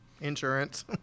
insurance